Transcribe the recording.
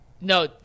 No